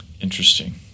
interesting